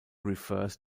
refers